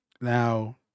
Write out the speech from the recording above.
now